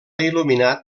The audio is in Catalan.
il·luminat